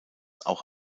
auch